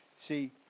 see